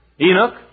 Enoch